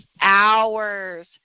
hours